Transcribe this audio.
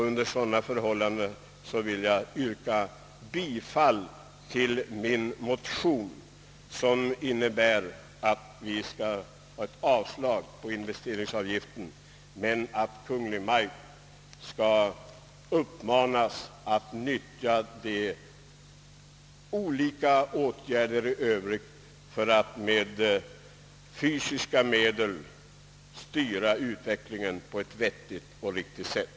Under sådana förhållanden vill jag yrka bifall till min motion, som innebär ett avslag på investeringsavgiften men att Kungl. Maj:t skall uppmanas nyttja olika åtgärder i övrigt för att med fysiska medel styra utvecklingen på ett vettigt och riktigt sätt.